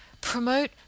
promote